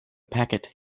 packet